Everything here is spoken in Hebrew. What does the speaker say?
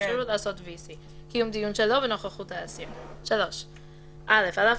אפשרות לעשות VC. "קיום דיון שלא בנוכחות האסיר 3. על אף